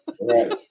Right